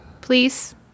Please